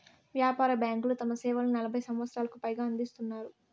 వ్యాపార బ్యాంకులు తమ సేవలను నలభై సంవచ్చరాలకు పైగా అందిత్తున్నాయి